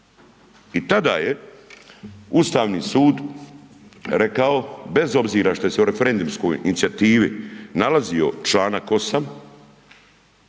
I tada je Ustavni sud rekao bez obzira šta je se o referendumskoj inicijativi nalazio čl. 8.